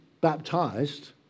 baptized